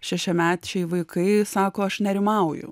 šešiamečiai vaikai sako aš nerimauju